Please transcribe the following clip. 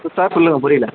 sir சொல்லுங்கள் புரியல